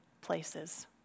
places